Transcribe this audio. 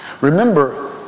Remember